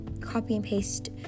copy-and-paste